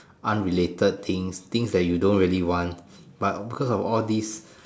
unrelated things things that you don't really want but because of all this